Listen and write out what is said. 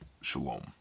Shalom